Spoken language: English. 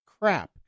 crap